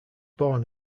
born